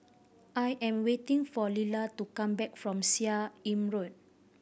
I am waiting for Lila to come back from Seah Im Road